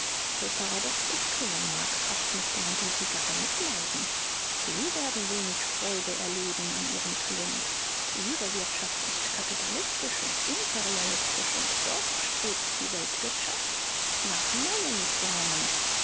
so paradox es klingen mag fast möchte man die sieger bemitleiden sie werden wenig freude erleben an ihrem triumph ihre wirtschaft ist kapitalistisch und imperialistisch und doch strebt die weltwirtschaft nach neuen formen